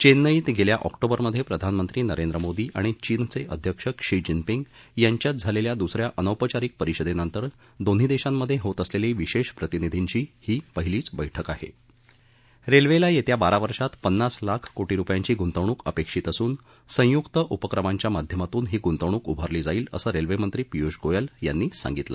चविईत गळा ऑक्टोबरमध्यप्रिधानमंत्री नरेंद्र मोदी आणि चीनचक्रिध्यक्ष क्षी जीनपिंग यांच्यात झालल्या दुसऱ्या अनौपचारिक परिषदक्तिर दोन्ही दक्तिमध्याहित असल्या विशा प्रतिनिधींची ही पहिलीच बक्कि आहा रखिद्यी यस्वी बारा वर्षात पन्नास लाख कोटी रुपयांची गुंतवणूक अपक्षित असून संयुक उपक्रमांच्या माध्यमातून ही गुंतवणूक उभारली जाईल असं रस्त्विछी पियुष गोयल यांनी सांगितलं